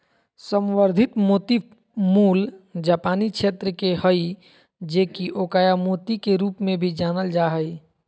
संवर्धित मोती मूल जापानी क्षेत्र के हइ जे कि अकोया मोती के रूप में भी जानल जा हइ